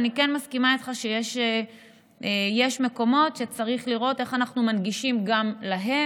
אני כן מסכימה איתך שיש מקומות שצריך לראות איך אנחנו מנגישים גם להם,